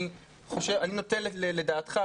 אני נוטה לדעתך,